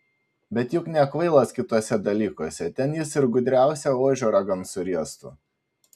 bet juk nekvailas kituose dalykuose ten jis ir gudriausią ožio ragan suriestų